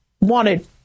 wanted